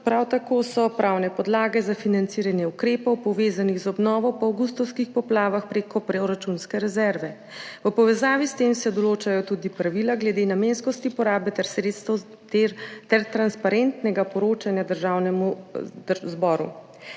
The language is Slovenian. ureja tudi pravne podlage za financiranje ukrepov, povezanih z obnovo po avgustovskih poplavah, prek proračunske rezerve. V povezavi s tem se določajo tudi pravila glede namenskosti porabe in sredstev ter transparentnega poročanja Državnemu zboru.